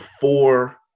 four